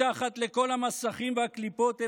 מתחת לכל המסכים והקליפות,